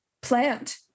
plant